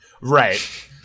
Right